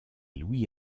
louis